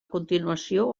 continuació